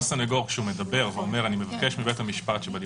הסנגור כשאומר: אני מבקש מבית המשפט שבדיון